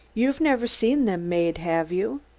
you've never seen them made, have you?